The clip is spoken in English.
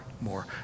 more